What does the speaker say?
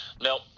Nope